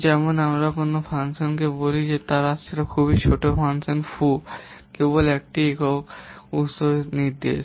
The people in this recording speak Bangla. ঠিক যেমন আমরা কোনও ফাংশনকে বলি যে তারা ছোট ফাংশন foo কেবল একটি একক কোড উত্স কোড নির্দেশ